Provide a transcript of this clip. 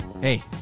Hey